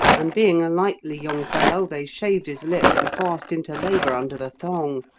and being a likely young fellow, they shaved his lip, and forced him to labour under the thong.